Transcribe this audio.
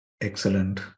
excellent